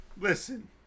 listen